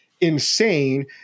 insane